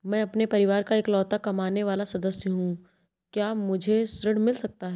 मैं अपने परिवार का इकलौता कमाने वाला सदस्य हूँ क्या मुझे ऋण मिल सकता है?